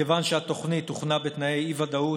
מכיוון שהתוכנית הוכנה בתנאי אי-ודאות,